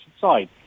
side